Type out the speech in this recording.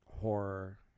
horror